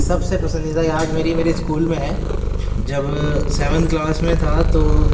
سب سے پسندیدہ یاد میری میرے اسکول میں ہے جب سیون کلاس میں تھا تو